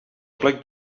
plec